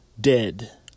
dead